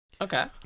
Okay